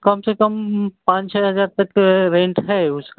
कम से कम पाँच छः हज़ार तक का रेंट है उसका